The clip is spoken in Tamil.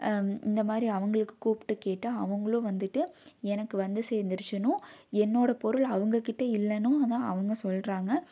இந்த மாதிரி அவங்களுக்கு கூப்பிட்டு கேட்டேன் அவுங்களும் வந்துட்டு எனக்கு வந்து சேந்துடுச்சிணும் என்னோட பொருள் அவங்க கிட்டே இல்லைன்னும் தான் அவங்க சொல்கிறாங்க